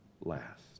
last